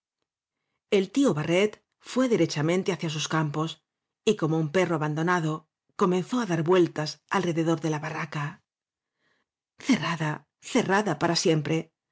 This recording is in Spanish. el tio barret fué derechamente hacia sus campos y como un perro abandonado áñ comenzó á dar vueltas alrededor de la ba rraca cerrada cerrada para siempre